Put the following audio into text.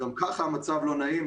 גם ככה המצב לא נעים,